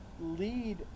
lead